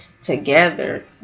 Together